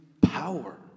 power